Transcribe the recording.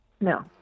No